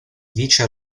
vice